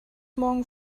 morgen